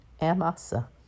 Amasa